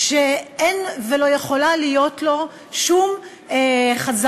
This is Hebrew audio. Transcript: שאין ולא יכולה להיות לו שום חזרה,